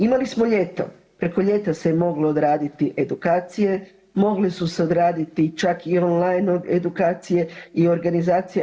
Imali smo ljeto, preko ljeta se je moglo odraditi edukacije, mogli su se odraditi čak i on-line edukacije i organizacije.